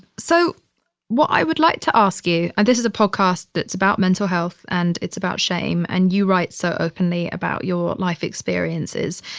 so what i would like to ask you. and this is a podcast that's about mental health and it's about shame. and you write so openly about your life experiences.